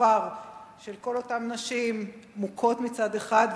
השופר של כל אותן נשים מוכות מצד אחד,